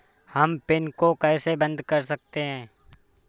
हम पिन को कैसे बंद कर सकते हैं?